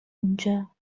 اونجا